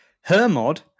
Hermod